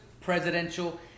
Presidential